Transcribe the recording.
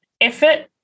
effort